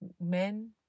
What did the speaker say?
men